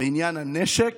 לעניין הנשק.